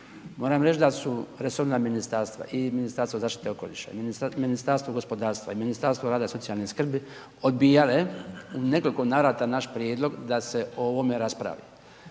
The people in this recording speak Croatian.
Moram reći da su resorna ministarstva i Ministarstvo zaštite okoliša i Ministarstvo gospodarstva i Ministarstvo rada i socijalne skrbi odbijale u nekoliko navrata naš prijedlog da se o ovome raspravi.